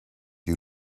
you